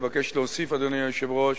אבקש להוסיף, אדוני היושב-ראש,